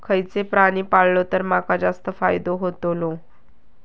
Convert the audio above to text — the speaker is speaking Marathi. खयचो प्राणी पाळलो तर माका जास्त फायदो होतोलो?